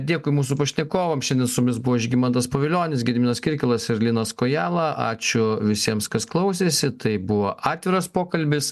dėkui mūsų pašnekovam šiandien su mumis buvo žygimantas pavilionis gediminas kirkilas ir linas kojala ačiū visiems kas klausėsi tai buvo atviras pokalbis